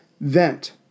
vent